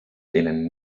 denen